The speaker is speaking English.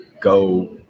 go